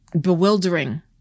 bewildering